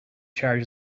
charge